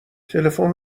تلفن